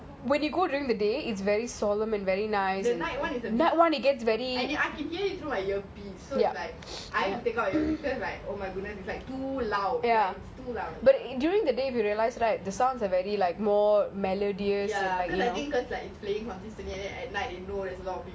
when you go during the day it's very solemn and very nice the night one but during the day some is like more